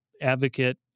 advocate